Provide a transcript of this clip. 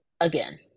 again